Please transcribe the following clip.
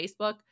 Facebook